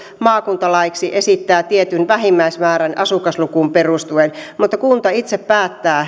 maakuntalaiksi esittävät tietyn vähimmäismäärän asukaslukuun perustuen mutta kunta itse päättää